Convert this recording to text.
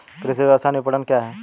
कृषि व्यवसाय विपणन क्या है?